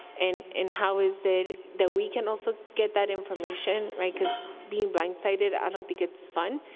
and and how is it that we can also get that information, right? because being blind-sided, i don't think it's fun,